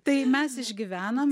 tai mes išgyvenom